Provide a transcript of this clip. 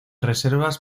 reservas